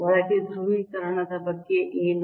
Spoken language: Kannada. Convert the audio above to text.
ಒಳಗೆ ಧ್ರುವೀಕರಣದ ಬಗ್ಗೆ ಏನು